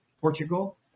Portugal